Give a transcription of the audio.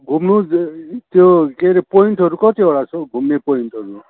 घुम्नु त्यो के हरे पोइन्टहरू कतिवटा छ हौ घुम्ने पोइन्टहरू